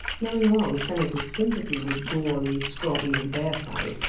knowing well the senator's sympathy with goarly, scrobby and bearside,